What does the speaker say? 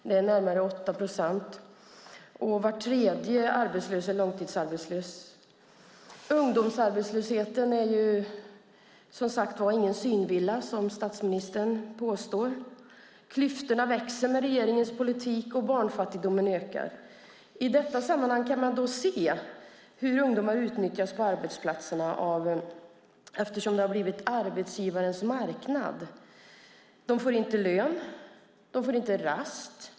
Det är närmare 8 procent, och var tredje arbetslös är långtidsarbetslös. Ungdomsarbetslösheten är ingen synvilla, som statsministern påstår. Klyftorna växer med regeringens politik, och barnfattigdomen ökar. I detta sammanhang kan man alltså se hur ungdomar utnyttjas på arbetsplatserna, eftersom det har blivit arbetsgivarnas marknad. De får inte lön, och de får inte rast.